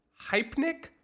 hypnic